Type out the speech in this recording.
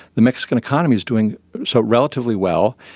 the mexican economy is doing so relatively well,